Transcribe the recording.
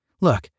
Look